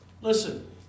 Listen